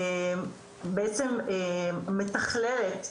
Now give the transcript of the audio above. בעצם מתכללת,